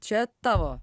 čia tavo